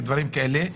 דברים כאלה.